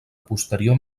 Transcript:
posterior